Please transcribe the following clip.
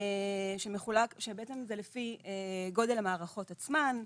שזה בעצם לפי גודל המערכות עצמן.